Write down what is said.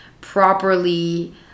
properly